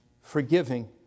forgiving